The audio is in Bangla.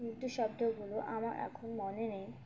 নৃত্য শব্দগুলো আমার এখন মনে নেই